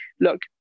look